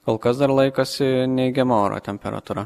kol kas dar laikosi neigiama oro temperatūra